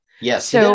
Yes